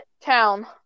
town